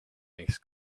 makes